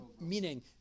Meaning